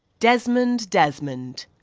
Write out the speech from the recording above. desmond desmond.